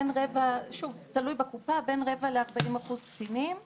בין רבע ל-40 אחוז קטינים - שוב,